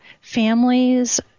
families